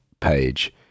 page